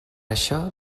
això